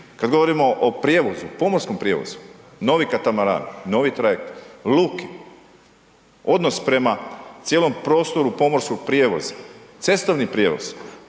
kad govorimo o prijevozu, pomorskom prijevozu. Novi katamaran, novi trajekt, luke, odnos prema cijelom prostoru pomorskog prijevoza, cestovni prijevoz,